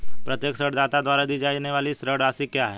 प्रत्येक ऋणदाता द्वारा दी जाने वाली ऋण राशि क्या है?